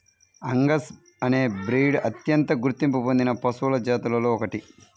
Angus అనే breed అత్యంత గుర్తింపు పొందిన పశువుల జాతులలో ఒకటి